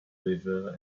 river